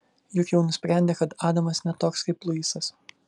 juk jau nusprendė kad adamas ne toks kaip luisas